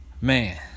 Man